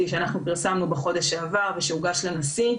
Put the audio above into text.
שפרסמנו בחודש שעבר ושהוגש לנשיא,